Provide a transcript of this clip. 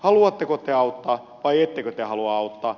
haluatteko te auttaa vai ettekö te halua auttaa